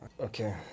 Okay